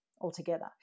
altogether